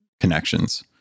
connections